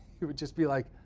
he would just be like,